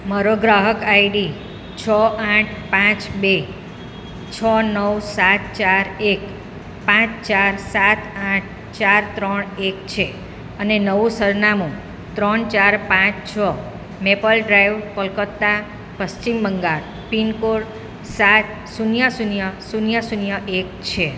મારો ગ્રાહક આઈડી છ આઠ પાંચ બે છો નવ સાત ચાર એક પાંચ ચાર સાત આઠ ચાર ત્રણ એક છે અને નવું સરનામું ત્રણ ચાર પાંચ છ Maple Drive Kolkata Paschim Bangal pincode સાત શૂન્ય શૂન્ય શૂન્ય શૂન્ય એક છે